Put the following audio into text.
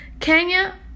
Kenya